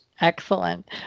Excellent